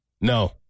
No